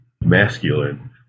masculine